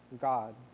God